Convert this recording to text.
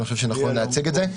אני חושב שנכון להציג את זה.